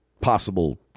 possible